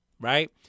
right